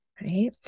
right